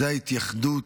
זו ההתייחדות